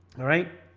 alright